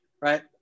right